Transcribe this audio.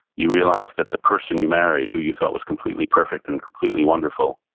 you realize that the person you married who you felt was completely perfect and completely wonderful,